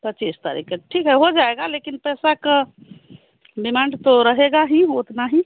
पच्चीस तारीख़ का ठीक है हो जाएगा लेकिन पैसे का डिमांड तो रहेगा ही उतना ही